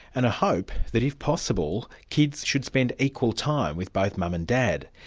and a hope that, if possible, kids should spend equal time with both mum and dad.